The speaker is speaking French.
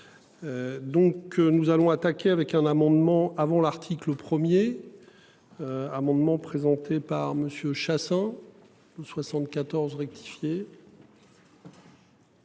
nous allons attaquer avec un amendement avant l'article 1er. Amendement présenté par Monsieur Chassaing. 74 rectifié.